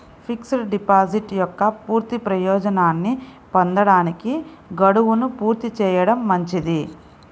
fixed deposit యొక్క పూర్తి ప్రయోజనాన్ని పొందడానికి, గడువును పూర్తి చేయడం మంచిది